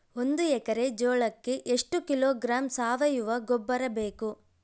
ಒಂದು ಎಕ್ಕರೆ ಜೋಳಕ್ಕೆ ಎಷ್ಟು ಕಿಲೋಗ್ರಾಂ ಸಾವಯುವ ಗೊಬ್ಬರ ಬೇಕು?